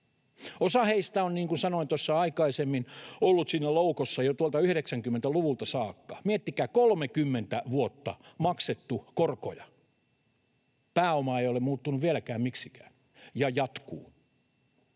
Osa heistä on, niin kuin sanoin tuossa aikaisemmin, ollut siinä loukossa jo tuolta 90-luvulta saakka. Miettikää, 30 vuotta maksettu korkoja. Pääoma ei ole muuttunut vieläkään miksikään, ja tämä jatkuu.